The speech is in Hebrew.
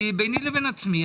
ביני לבין עצמי,